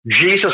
Jesus